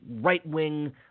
right-wing